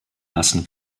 lassen